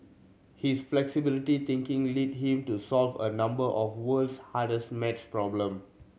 his flexibility thinking led him to solve a number of the world's hardest maths problem